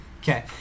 Okay